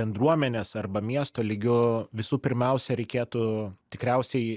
bendruomenės arba miesto lygiu visų pirmiausia reikėtų tikriausiai